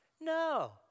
No